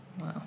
Wow